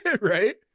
Right